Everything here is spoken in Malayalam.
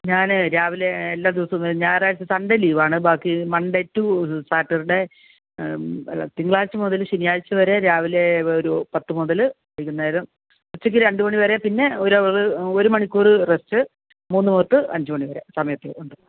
ഞാൻ രാവിലെ എല്ലാ ദിവസവും ഞായറാഴ്ച സൺഡേ ലീവാണ് ബാക്കി മണ്ടെ റ്റു സാറ്റർഡേ അല്ല തിങ്കളഴ്ച മുതൽ ശനിയാഴ്ച വരെ രാവിലെ ഒരു പത്തു മുതൽ വൈകുനേരം ഉച്ചക്ക് രണ്ടു മണി വരെ പിന്നെ ഒരു അവർ ഉച്ചയ്ക്ക് ഒരു മണിക്കൂർ റസ്റ്റ് മൂന്ന് തൊട്ട് അഞ്ചു മണി വരെ സമയത്തുണ്ട്